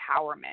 empowerment